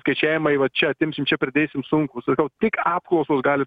skaičiavimai va čia atimsim čia pradėsim sunkūs sakau tik apklausos gali